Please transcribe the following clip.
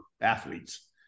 athletes